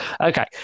Okay